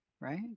Right